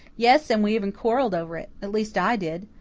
yes, and we even quarrelled over it. at least i did.